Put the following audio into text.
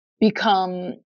become